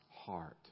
heart